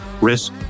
Risk